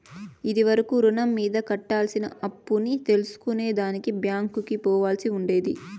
ఇది వరకు రుణం మీద కట్టాల్సిన అప్పుని తెల్సుకునే దానికి బ్యాంకికి పోవాల్సి ఉండేది